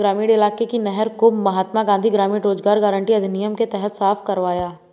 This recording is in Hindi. ग्रामीण इलाके की नहर को महात्मा गांधी ग्रामीण रोजगार गारंटी अधिनियम के तहत साफ करवाया